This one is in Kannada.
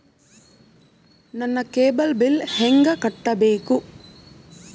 ನನ್ನ ಕೇಬಲ್ ಬಿಲ್ ಹೆಂಗ ಕಟ್ಟಬೇಕು?